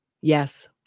yes